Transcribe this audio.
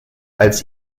als